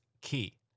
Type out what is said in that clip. key